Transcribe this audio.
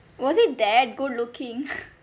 was he that good looking